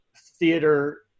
theater